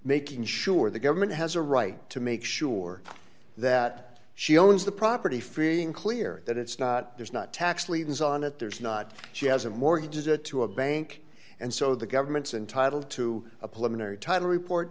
making sure the government has a right to make sure that she owns the property free and clear that it's not there's not tax liens on it there's not she has a mortgage a to a bank and so the government's in title to a policeman or title report